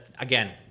again